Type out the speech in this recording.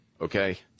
okay